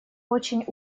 очень